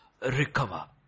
recover